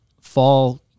fall